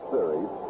Series